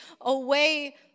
away